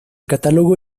catálogo